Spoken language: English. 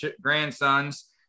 grandsons